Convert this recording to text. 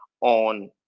on